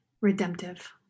redemptive